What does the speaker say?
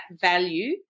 value